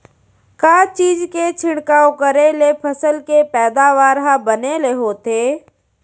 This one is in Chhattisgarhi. का चीज के छिड़काव करें ले फसल के पैदावार ह बने ले होथे?